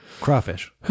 crawfish